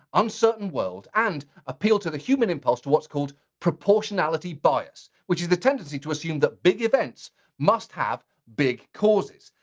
uncertain world and appeal to the human impulse to what's called, proportionality bias. which is the tendency to assume that big events must have big causes.